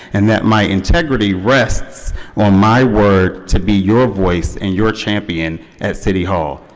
and that my integrity rest on my word to be your voice and your champion at city hall.